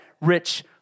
rich